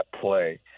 play